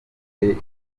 gihe